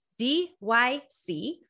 DYC